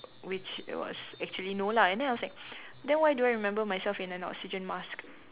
which was actually no lah and then I was like then why do I remember myself in an oxygen mask